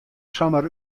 samar